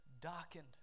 darkened